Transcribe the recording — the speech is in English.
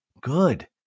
good